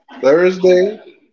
Thursday